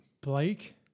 Blake